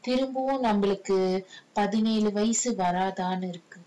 திரும்பவும் நம்மளுக்கு பதினேழு வயசு வராதுனு இருக்கு:thirumbavum nammalukku pathinelu vayasu varaathunu irukku